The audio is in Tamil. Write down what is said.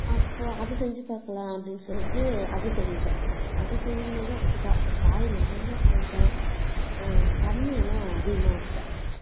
அப்போது அது செஞ்சு பார்க்கலாம் அப்படினு சொல்லிட்டு அது செஞ்சேன் அது செய்யும் போதும் அப்படித்தான் அது காய் நிறைய போட்டேன் தண்ணி ஆனால் அதிகமாக வச்சிட்டேன்